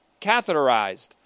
catheterized